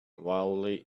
wildly